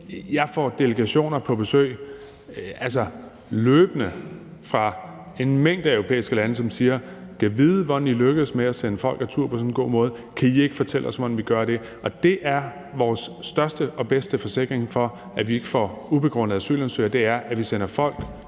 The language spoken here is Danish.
Jeg får delegationer på besøg løbende fra en mængde europæiske lande, som siger: Gad vide, hvordan I lykkes med at sende folk retur på sådan en god måde? Kan I ikke fortælle os, hvordan vi gør det? Og den største og bedste forsikring for, at vi ikke får ubegrundede asylansøgere, er, at vi sender folk